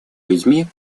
людьми